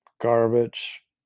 garbage